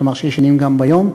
כלומר שישנים גם ביום.